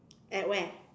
at where